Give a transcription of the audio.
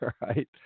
Right